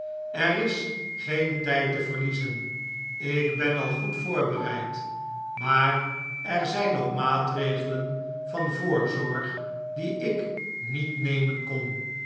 er is geen tijd te verliezen ik ben al goed voorbereid maar er zijn nog maatregelen van voorzorg die ik niet nemen kon